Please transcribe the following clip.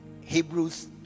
hebrews